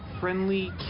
friendly